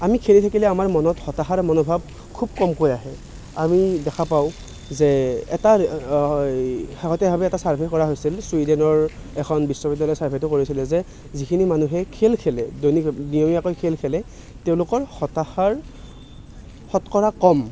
আমি খেলি থাকিলে আমাৰ মনত হতাশাৰ মনোভাৱ খুব কমকৈ আহে আমি দেখা পাওঁ যে এটা শেহতীয়াভাৱে এটা ছাৰ্ভে কৰা হৈছিল ছুইডেনৰ এখন বিশ্ববিদ্যালয়ে ছাৰ্ভেটো কৰিছিলে যে যিখিনি মানুহে খেল খেলে দৈনিক নিয়মীয়াকৈ খেল খেলে তেওঁলোকৰ হতাশাৰ শতকৰা কম